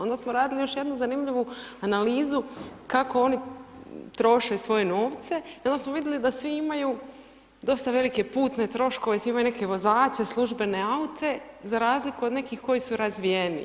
Onda smo radili još jednu zanimljivu analizu, kako oni troše svoje novce i onda smo vidjeli da svi imaju dosta velike putne troškove, svi imaju neke vozače, službene aute, za razliku od nekih koji su razvijeniji.